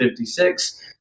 56